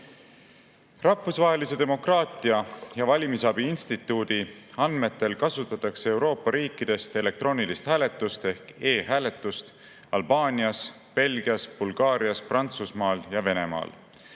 Rahvusvahelise demokraatia ja valimisabi instituudi andmetel kasutatakse Euroopa riikidest elektroonilist hääletust ehk e‑hääletust Albaanias, Belgias, Bulgaarias, Prantsusmaal ja Venemaal.